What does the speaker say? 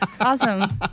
awesome